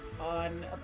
on